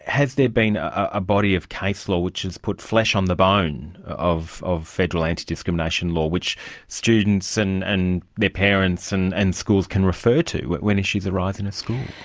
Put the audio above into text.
has there been a body of case law which has put flesh on the bone of of federal antidiscrimination law which students and and their parents and and schools can refer to when issues arise in a school?